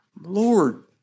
Lord